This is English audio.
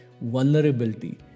vulnerability